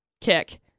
kick